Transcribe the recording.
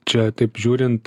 čia taip žiūrint